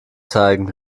zeigen